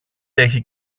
έχει